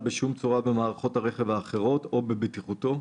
בשום צורה במערכות הרכב האחרות או בבטיחותו,